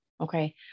okay